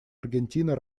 аргентина